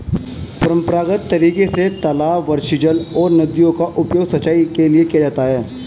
परम्परागत तरीके से तालाब, वर्षाजल और नदियों का उपयोग सिंचाई के लिए किया जाता है